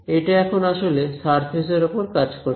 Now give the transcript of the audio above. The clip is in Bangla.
এটা এখন আসলে সারফেস এর ওপর কাজ করছে